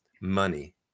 money